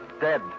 dead